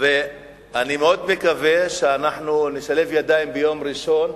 ואני מאוד מקווה שנשלב ידיים ביום ראשון,